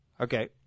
Okay